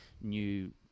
new